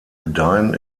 gedeihen